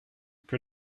que